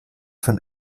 von